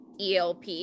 ELP